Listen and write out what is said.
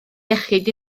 iechyd